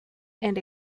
and